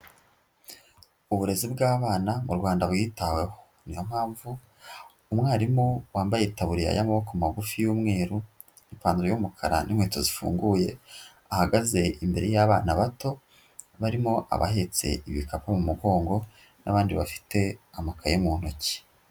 Uburezi bw'abana mu Rwanda bwitaweho. Ni yo mpamvu umwarimu wambaye itaburia y'amaboko magufi y'umweru, n'ipantaro y'umukara n'inkweto zifunguye ahagaze imbere y'abana bato barimo abahetse ibikapu mu mugongo n'abandi bafite amakayi mu ntoki.